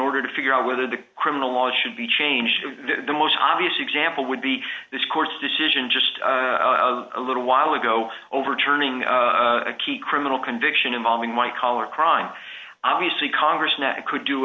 order to figure out whether the criminal law should be changed to the most obvious example would be this court's decision just a little while ago overturning a key criminal conviction involving white collar crime obviously congress next could do a